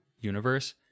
universe